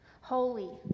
Holy